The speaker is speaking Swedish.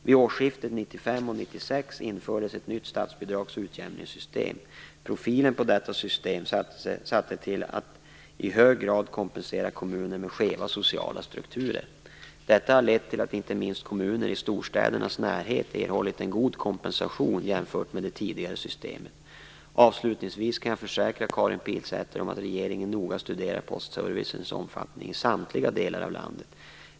Vid årsskiftet 1995/96 infördes ett nytt statsbidrags och utjämningssystem. Profilen på detta system sattes till att i hög grad kompensera kommuner med skeva sociala strukturer. Detta har lett till att inte minst kommuner i storstädernas närhet erhållit en god kompensation jämfört med det tidigare systemet. Avslutningsvis kan jag försäkra Karin Pilsäter om att regeringen noga studerar postservicens omfattning i samtliga delar av landet.